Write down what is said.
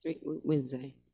Wednesday